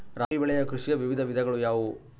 ರಾಬಿ ಬೆಳೆ ಕೃಷಿಯ ವಿವಿಧ ವಿಧಗಳು ಯಾವುವು?